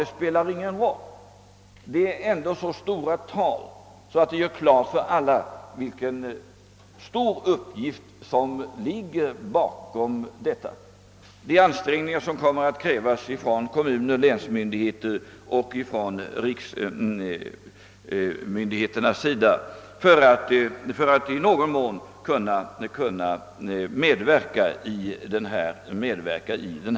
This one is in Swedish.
Det spelar emellertid ingen roll — det gäller så betydande tal att det ändå står klart för alla vilken stor uppgift det rör sig om och vilka ansträngningar som kommer att krävas av kommuner, länsmyndigheter och riksmyndigheter för att i någon mån kunna medverka i balansakten.